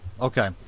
okay